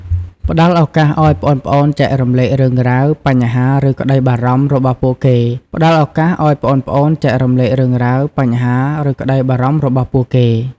ផ្ដល់ឱកាសឱ្យប្អូនៗ ចែករំលែករឿងរ៉ាវ បញ្ហា ឬក្ដីបារម្ភ របស់ពួកគេ ផ្ដល់ឱកាសឱ្យប្អូនៗ ចែករំលែករឿងរ៉ាវ បញ្ហា ឬក្ដីបារម្ភ របស់ពួកគេ ។